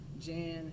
Jan